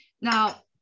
now